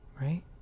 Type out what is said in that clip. right